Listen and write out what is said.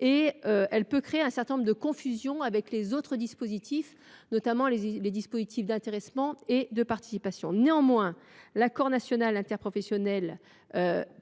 et qu’elle peut créer un certain nombre de confusions avec les autres dispositifs, notamment les dispositifs d’intéressement et de participation. Néanmoins, l’accord national interprofessionnel,